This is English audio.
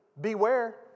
beware